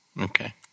Okay